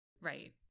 Right